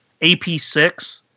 ap6